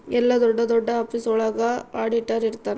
ಎಲ್ಲ ದೊಡ್ಡ ದೊಡ್ಡ ಆಫೀಸ್ ಒಳಗ ಆಡಿಟರ್ ಇರ್ತನ